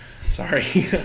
Sorry